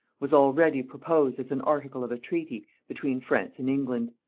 was already proposed as an article of a treaty between france and england.